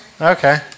Okay